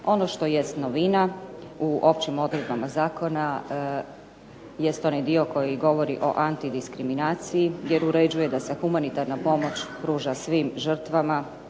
Ono što jest novina u općim odredbama zakona jest onaj dio koji govori o antidiskriminaciji jer uređuje da se humanitarna pomoć pruža svim žrtvama